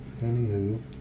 Anywho